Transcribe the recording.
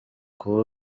kuba